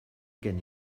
gen